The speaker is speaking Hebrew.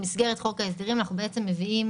במסגרת חוק ההסדרים אנחנו בעצם מביאים